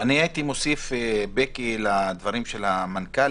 בקי, הייתי מוסיף לדברים של הממונה